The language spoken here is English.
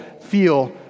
feel